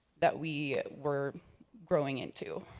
that we were growing into?